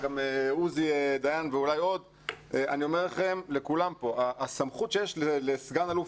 גם עוזי דיין ואולי נוספים ואני אומר לכולכם שהסמכות שיש לסגן אלוף,